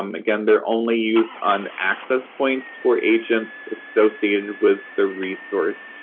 um again, they're only used on access points for agents associated with the resource.